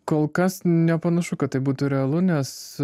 kol kas nepanašu kad tai būtų realu nes